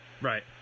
Right